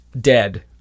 dead